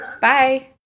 Bye